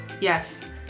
Yes